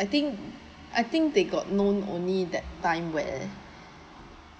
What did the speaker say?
I think I think they got known only that time where